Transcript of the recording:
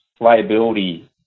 liability